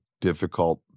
difficult